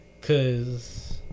cause